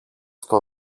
στο